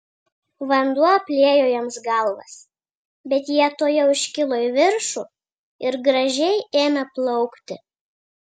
vanduo apliejo jiems galvas bet jie tuojau iškilo į viršų ir gražiai ėmė plaukti